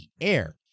air